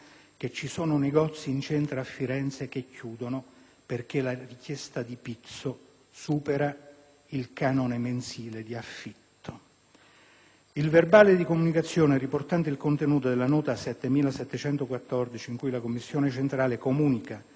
che: «ci sono negozi in centro a Firenze che chiudono, perché la richiesta di pizzo supera il canone mensile d'affitto». Nel verbale di comunicazione, riportante il contenuto della nota n. 70714, in cui la commissione centrale comunica